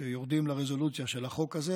כשיורדים לרזולוציה של החוק הזה,